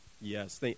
Yes